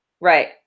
Right